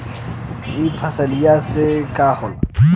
ई फसलिया से का होला?